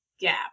gap